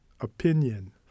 opinion